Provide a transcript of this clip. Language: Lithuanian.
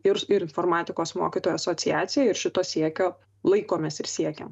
ir ir informatikos mokytojų asociacija ir šito siekio laikomės ir siekiam